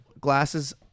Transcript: glasses